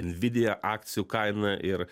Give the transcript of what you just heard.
nvidia akcijų kaina ir